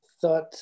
thought